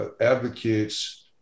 advocates